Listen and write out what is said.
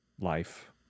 life